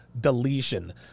deletion